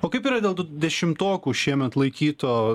o kaip yra dėl dešimtokų šiemet laikyto